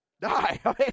die